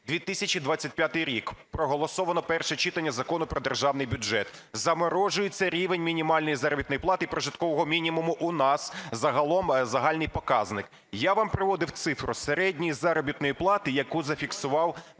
2025 рік, проголосовано перше читання Закону про Держаний бюджет, заморожується рівень мінімальної заробітної плати і прожиткового мінімуму у нас загалом, загальний показник. Я вам приводив цифру середньої заробітної плати, яку зафіксував